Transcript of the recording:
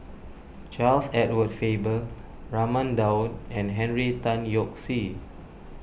Charles Edward Faber Raman Daud and Henry Tan Yoke See